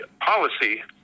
policy